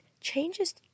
changes